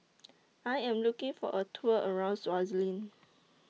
I Am looking For A Tour around Swaziland